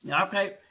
Okay